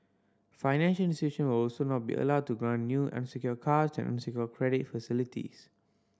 financial will also not be allowed to grant new unsecured cards and unsecured credit facilities